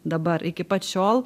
dabar iki pat šiol